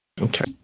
Okay